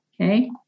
Okay